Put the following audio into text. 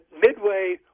Midway